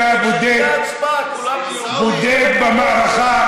כשתהיה הצבעה, כולנו, אתה בודד במערכה.